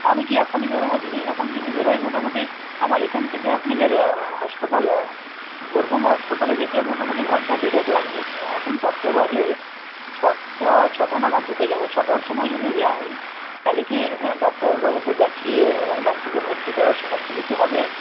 আমি কি এখনই বেরোব দিদি এখন যদি বেরোই মোটামুটি আমার এখান থেকে আপনাদের হাসপাতাল গৌড়বঙ্গ হাসপাতালে যেতে মোটামুটি ঘন্টা দেড়েক লাগবে এখন চারটে বাজে ছটা ছটা নাগাদ ঢুকে যাব ছটার সময় যদি যাই তহলে কি হ্যাঁ ডাক্তারবাবুকে দেখিয়ে এবং বাচ্চাকে ভর্তি করার সমস্ত কিছু হবে